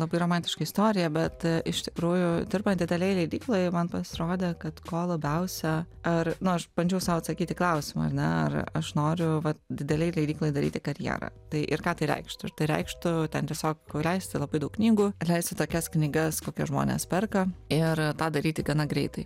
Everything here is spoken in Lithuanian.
labai romantiška istorija bet iš tikrųjų dirbant didelėj leidykloj man pasirodė kad ko labiausia ar nu aš bandžiau sau atsakyti į klausimą ar ne ar aš noriu vat didelėj leidykloj daryti karjerą tai ir ką tai reikštų ir tai reikštų ten tiesiog leisti labai daug knygų ir leisti tokias knygas kokias žmonės perka ir tą daryti gana greitai